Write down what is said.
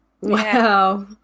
Wow